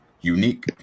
Unique